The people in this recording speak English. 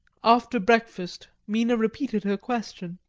after breakfast mina repeated her question.